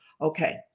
Okay